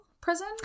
prison